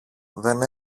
δεν